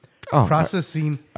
processing